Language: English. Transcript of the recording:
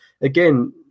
again